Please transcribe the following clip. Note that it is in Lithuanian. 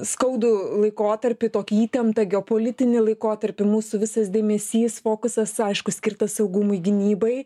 skaudų laikotarpį tokį įtemptą geopolitinį laikotarpį mūsų visas dėmesys fokusas aišku skirtas saugumui gynybai